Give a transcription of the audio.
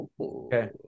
Okay